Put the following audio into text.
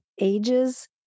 ages